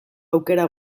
aukera